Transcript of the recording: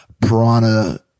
piranha